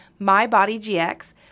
MyBodyGX